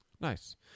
Nice